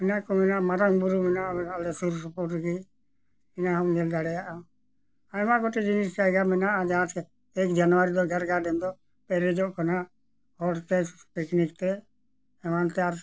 ᱚᱱᱟ ᱠᱚ ᱢᱮᱱᱟᱜᱼᱟ ᱢᱟᱨᱟᱝ ᱵᱩᱨᱩ ᱢᱮᱱᱟᱜᱼᱟ ᱟᱞᱮ ᱥᱩᱨ ᱥᱩᱯᱩᱨ ᱨᱮᱜᱮ ᱤᱱᱟᱹ ᱦᱚᱢ ᱧᱮᱞ ᱫᱟᱲᱮᱭᱟᱜᱼᱟ ᱟᱭᱢᱟ ᱜᱚᱴᱮᱡ ᱡᱤᱱᱤᱥ ᱡᱟᱭᱜᱟ ᱢᱮᱱᱟᱜᱼᱟ ᱡᱟᱦᱟᱸ ᱛᱮ ᱮᱹᱠ ᱡᱟᱱᱩᱣᱟᱨᱤ ᱫᱚ ᱜᱟᱨᱜᱟ ᱰᱮᱱ ᱫᱚ ᱯᱮᱨᱮᱡᱚᱜ ᱠᱟᱱᱟ ᱦᱚᱲ ᱛᱮ ᱯᱤᱠᱱᱤᱠ ᱛᱮ ᱮᱢᱟᱱ ᱛᱮ ᱟᱨ